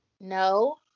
No